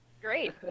Great